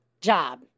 job